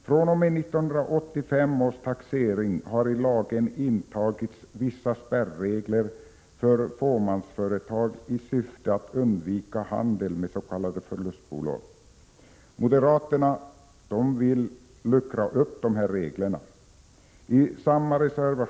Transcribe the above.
fr.o.m. 1985 års taxering har i lagen intagits vissa spärregler för fåmansföretag i syfte att undvika handel med s.k. förlustbolag. Moderaterna villi en reservation luckra upp dessa regler.